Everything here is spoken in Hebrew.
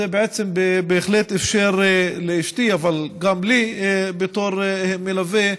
זה בעצם בהחלט אפשר לאשתי, אבל גם לי בתור מלווה,